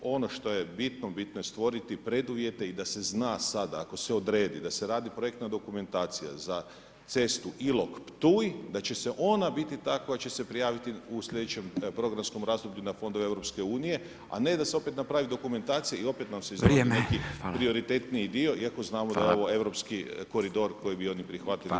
Ono što je bitno, bitno je stvoriti preduvjete i da se zna sad ako se odredi da se radi projektna dokumentacija za cestu Ilok Ptuj da će ona biti ta koja će se prijaviti u sljedećem programskom razdoblju na fondove EU a ne da se opet napravi dokumentacija i opet nam se ... neki prioritetni dio iako znamo da je ovo europski koridor koji bi oni prihvatili br. 1.